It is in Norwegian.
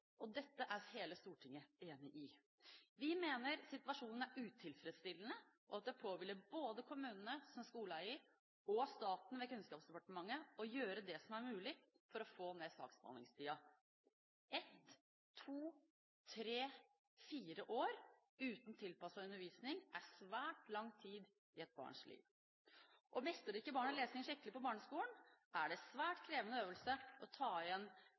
Dette er hele Stortinget enig i. Vi mener situasjonen er utilfredsstillende, og at det påhviler både kommunene som skoleeier og staten ved Kunnskapsdepartementet å gjøre det som er mulig for å få ned saksbehandlingstiden. Ett, to, tre, fire år uten tilpasset undervisning er svært lang tid i et barns liv. Mestrer ikke barnet lesing skikkelig på barneskolen, er det en svært krevende øvelse å ta igjen